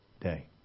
day